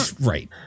Right